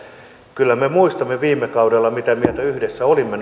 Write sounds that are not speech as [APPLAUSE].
kyllä me muistamme mitä mieltä viime kaudella yhdessä olimme [UNINTELLIGIBLE]